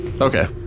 Okay